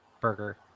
burger